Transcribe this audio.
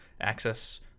access